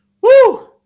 Woo